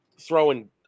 throwing